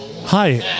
Hi